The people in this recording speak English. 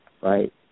right